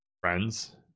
friends